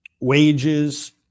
wages